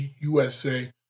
USA